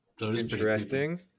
Interesting